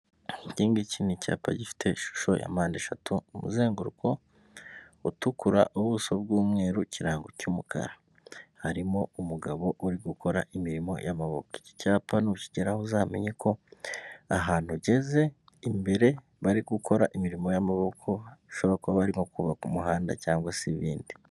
Iki ngiki ni icyapa gifite ishusho ya mpande eshatu, umuzenguruko utukura, ubuso bw'umweru, ikirango cy'umukara harimo umugabo uri gukora imirimo y'amaboko. Icyapa nukigeraho uzamenyeko ahantu ugeze imbere bari gukora imirimo y'amaboko, bashobora kuba barimo kubaka umuhanda cyangwa se ibindi.